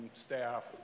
staff